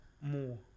more